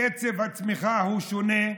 קצב הצמיחה שונה,